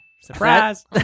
surprise